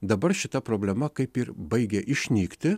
dabar šita problema kaip ir baigia išnykti